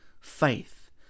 Faith